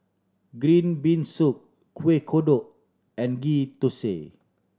green bean soup Kuih Kodok and Ghee Thosai